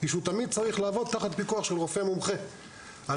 שהוא תמיד יצטרך לעבוד תחת פיקוח של רופא מומחה אף